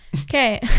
Okay